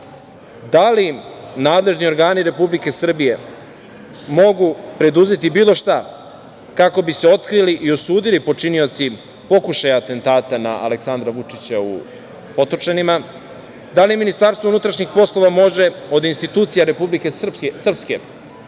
da li nadležni organi Republike Srbije mogu preduzeti bilo šta kako bi se otkrili i osudili počinioci pokušaja atentata na Aleksandra Vučića u Potočarima? Da li MUP može od institucija Republike Srpske